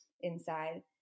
inside